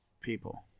people